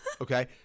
Okay